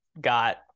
got